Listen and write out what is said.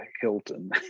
hilton